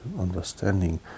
understanding